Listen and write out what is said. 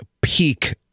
peak